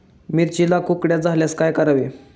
मिरचीला कुकड्या झाल्यास काय करावे?